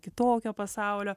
kitokio pasaulio